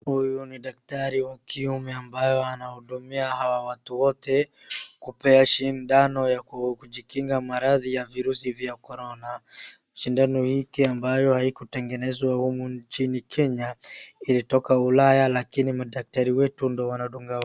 Huyu ni daktari wa kiume ambayo anahudumia hawa watu wote, kupea sindano ya kujikinga maradhi ya virusi vya Corona. Sindano hiki ambayo haikutengenezwa humu nchini Kenya, ilitoka ulaya lakini madaktari wetu ndio wanadunga watu.